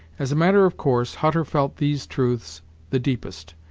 as a matter of course hutter felt these truths the deepest,